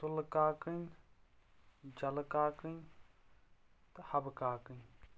سُلہٕ کاکٕنۍ جلہٕ کاکٕنۍ تہٕ حبہٕ کاکٕنۍ